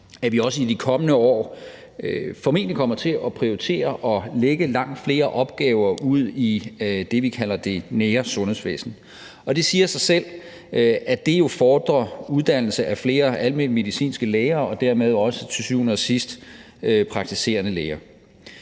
at vi også i de kommende år formentlig kommer til at prioritere at lægge langt flere opgaver ud i det, vi kalder det nære sundhedsvæsen. Det siger sig selv, at det jo fordrer uddannelse af flere almenmedicinske læger og dermed også til syvende og sidst praktiserende læger.